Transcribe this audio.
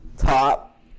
Top